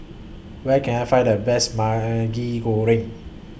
Where Can I Find The Best Maggi Goreng